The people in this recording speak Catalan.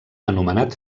anomenat